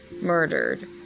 murdered